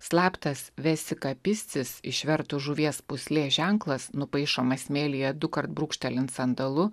slaptas vesika piscis išvertus žuvies pūslės ženklas nupaišomas smėlyje dukart brūkštelint sandalu